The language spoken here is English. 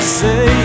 say